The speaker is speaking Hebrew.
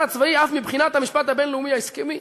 הצבאי אף מבחינת המשפט הבין-לאומי ההסכמי.